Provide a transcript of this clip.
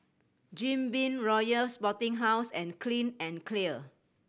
Jim Beam Royal Sporting House and Clean and Clear